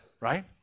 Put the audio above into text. right